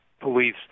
police